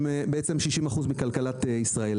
הם בעצם 60% מכלכלת ישראל.